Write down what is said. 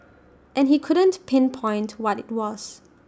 and he couldn't pinpoint what IT was